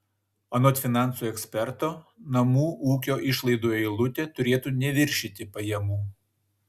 anot finansų eksperto namų ūkio išlaidų eilutė turėtų neviršyti pajamų